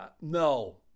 No